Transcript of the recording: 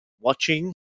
watching